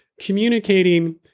communicating